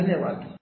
धन्यवाद